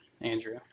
Andrew